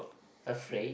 afraid